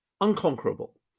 unconquerable